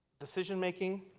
decision making.